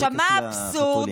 עכשיו, מה האבסורד?